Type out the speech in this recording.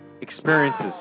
experiences